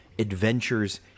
Adventures